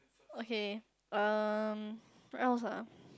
okay um what else ah